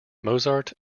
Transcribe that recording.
mozart